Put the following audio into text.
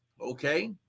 Okay